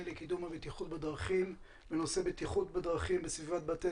לקידום הבטיחות בדרכים בנושא בטיחות בדרכים בסביבת בתי